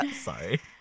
Sorry